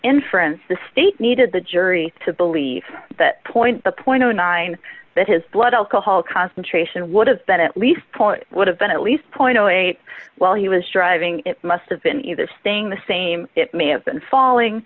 inference the state needed the jury to believe that point the point nine that his blood alcohol concentration would have been at least point would have been at least point eight while he was driving it must have been either staying the same it may have been falling